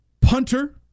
Punter